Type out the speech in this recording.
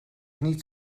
niet